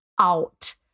out